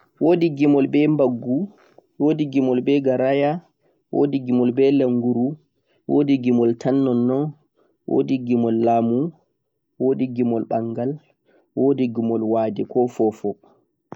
wodi gemol be babgu, wodi gemol be garaya, wodi gemol be lennguru, wodi gemol tan nonnon, wodi gemol lamu, wodi gemol wade koh fofo